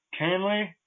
Canley